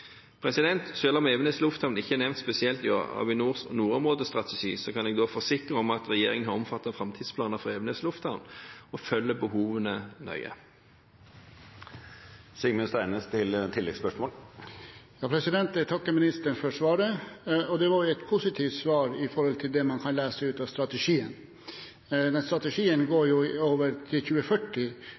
om Evenes lufthavn ikke er nevnt spesielt i Avinors nordområdestrategi, kan jeg forsikre om at regjeringen har omfattende framtidsplaner for Evenes lufthavn og følger behovene nøye. Jeg takker ministeren for svaret. Det var jo et positivt svar i forhold til det man kan lese ut av strategien. Den strategien går til 2040,